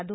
धो